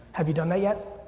have you done that yet?